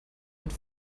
und